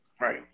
Right